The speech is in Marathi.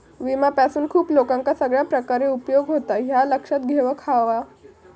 विम्यापासून खूप लोकांका सगळ्या प्रकारे उपयोग होता, ह्या लक्षात घेऊक हव्या